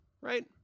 right